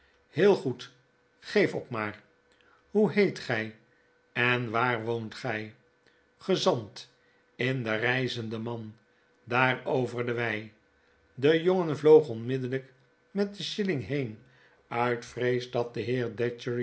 heel goed geef op maar hoe heet gij en waar woont gy gezant in de keizende man daar over de wei de jongen vloog onmiddellp met den shilling heen uit vrees dat de